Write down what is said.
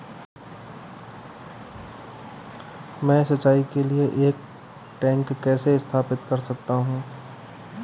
मैं सिंचाई के लिए एक टैंक कैसे स्थापित कर सकता हूँ?